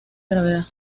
gravedad